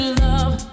love